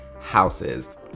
houses